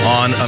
on